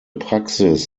praxis